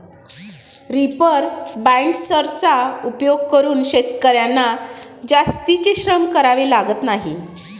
reaper बाइंडर्सचा उपयोग करून शेतकर्यांना जास्तीचे श्रम करावे लागत नाही